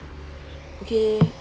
okay mm one